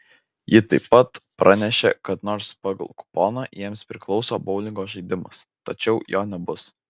ji taip pat pranešė kad nors pagal kuponą jiems priklauso boulingo žaidimas tačiau jo nebus